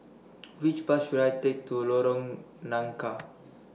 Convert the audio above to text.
Which Bus should I Take to Lorong Nangka